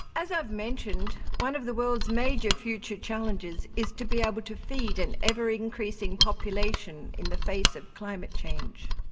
as i have mentioned, one of the world's major future challenges is to be able to feed an ever-increasing population in the face of climate change.